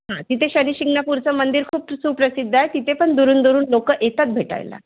हां तिथे शनिशिंगणापूरचं मंदिर खूप सुप्रसिद्ध आहे तिथे पण दुरून दुरून लोकं येतात भेटायला